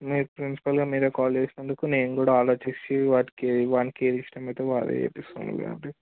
మీరు ప్రిన్సిపల్గా మీరు కాల్ చేసినందుకు నేను కూడా ఆలోచించి వాటికి వానికి ఏది ఇష్టం అయితే అదే చేస్తాంలేండి